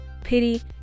pity